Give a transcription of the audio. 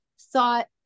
thought